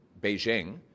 Beijing